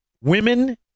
Women